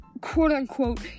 quote-unquote